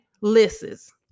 Lists